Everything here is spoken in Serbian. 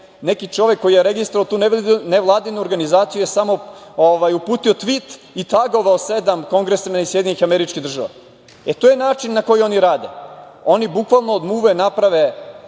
Neki čovek koji je registrovao tu neku nevladinu organizaciju je samo uputio tvit i tagovao sedam kongresmena iz SAD.To je način na koji oni rade. Oni bukvalno od muve naprave